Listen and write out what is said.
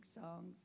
songs